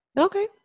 Okay